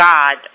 God